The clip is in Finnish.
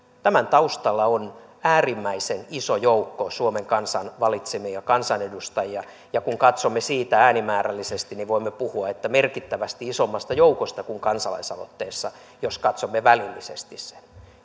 tämän taustalla on äärimmäisen iso joukko suomen kansan valitsemia kansanedustajia ja kun katsomme sitä äänimäärällisesti niin voimme puhua merkittävästi isommasta joukosta kuin kansalaisaloitteessa jos katsomme välillisesti sen